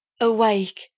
Awake